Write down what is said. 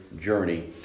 journey